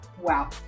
Wow